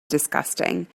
disgusting